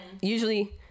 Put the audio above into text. usually